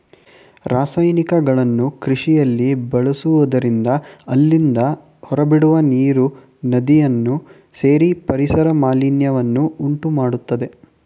ರಾಸಾಯನಿಕಗಳನ್ನು ಕೃಷಿಯಲ್ಲಿ ಬಳಸುವುದರಿಂದ ಅಲ್ಲಿಂದ ಹೊರಬಿಡುವ ನೀರು ನದಿಯನ್ನು ಸೇರಿ ಪರಿಸರ ಮಾಲಿನ್ಯವನ್ನು ಉಂಟುಮಾಡತ್ತದೆ